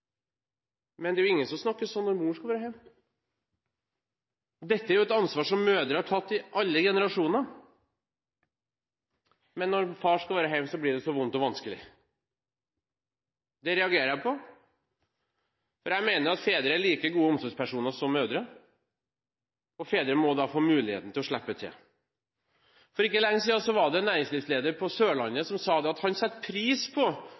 Men det er ingen som snakker slik når mor skal være hjemme. Dette er et ansvar som mødre har tatt i alle generasjoner, men når far skal være hjemme, blir det så vondt og vanskelig. Det reagerer jeg på, for jeg mener at fedre er like gode omsorgspersoner som mødre, og fedre må få muligheten til å slippe til. For ikke lenge siden var det en næringslivsleder på Sørlandet som sa at han satte pris på